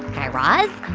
guy raz,